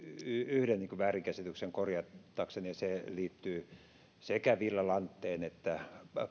yhden väärinkäsityksen korjatakseni ja se liittyy sekä villa lanteen että